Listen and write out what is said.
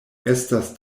estas